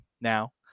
now